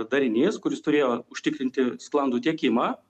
darinys kuris turėjo užtikrinti sklandų tiekimą